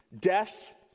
Death